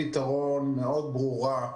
פתרונות כי כבר חלף הרבה זמן.